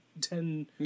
ten